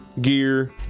gear